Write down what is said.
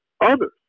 others